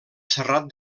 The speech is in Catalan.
serrat